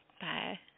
Bye